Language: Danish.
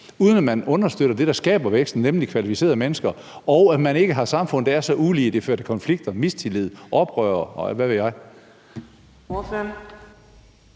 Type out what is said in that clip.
uden at man understøtter det, der der skaber væksten, nemlig kvalificerede mennesker, og at man ikke har samfund, der er så ulige, at det fører til konflikter, mistillid, oprør, og hvad ved jeg?